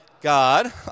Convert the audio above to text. God